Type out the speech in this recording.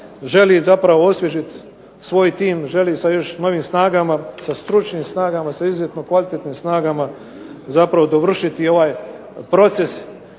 želi osvježiti svoj tim želi sa još novim i stručnim snagama sa izuzetno kvalitetnim snagama dovršiti ovaj proces